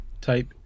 type